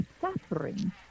suffering